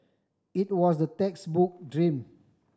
it was the textbook dream